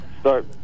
start